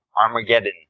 Armageddon